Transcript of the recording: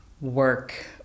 work